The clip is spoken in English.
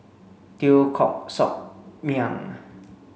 Teo Koh Sock Miang